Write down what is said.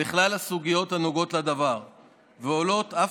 לכלל הסוגיות הנוגעות לדבר ועולות אף